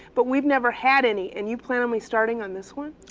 but we've never had any. and you plan on me starting on this one?